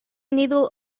needle